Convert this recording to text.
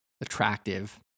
attractive